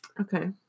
Okay